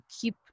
keep